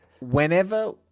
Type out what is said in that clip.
Whenever